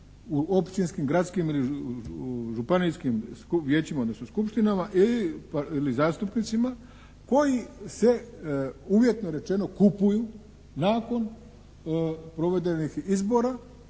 u općinskim, gradskim ili županijskim vijećima, odnosno skupštinama ili zastupnicima koji se uvjetno rečeno kupuju nakon provedenih izbora